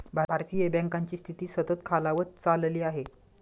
भारतीय बँकांची स्थिती सतत खालावत चालली आहे